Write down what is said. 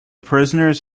prisoners